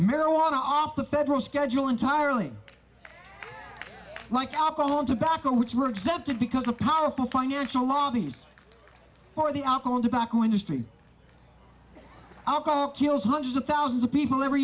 marijuana off the federal schedule entirely like alcohol and tobacco which were exempted because the powerful financial lobbies for the alcohol tobacco industry alcohol kills hundreds of thousands of people